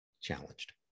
challenged